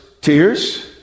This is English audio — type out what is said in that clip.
tears